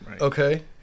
Okay